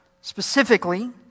Specifically